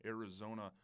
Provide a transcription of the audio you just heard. Arizona